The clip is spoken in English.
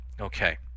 okay